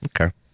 Okay